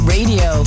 Radio